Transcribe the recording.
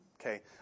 Okay